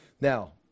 Now